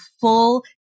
full